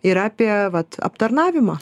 ir apie vat aptarnavimą